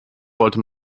sollte